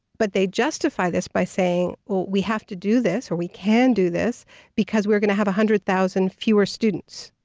but they justify this by saying, we have to do this or we can do this because we're going to have one hundred thousand fewer students.